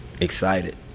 Excited